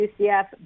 UCF